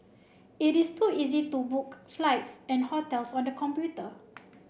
it is to easy to book flights and hotels on the computer